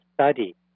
study